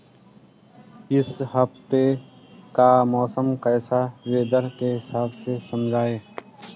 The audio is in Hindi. इस हफ्ते का मौसम कैसा है वेदर के हिसाब से समझाइए?